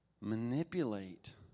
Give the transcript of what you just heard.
manipulate